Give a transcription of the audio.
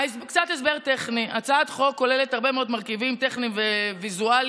קצת הסבר טכני: הצעת חוק כוללת הרבה מאוד מרכיבים טכניים וויזואליים,